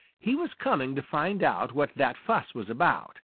he was coming to find out what that fuss was about.